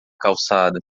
calçada